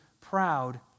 proud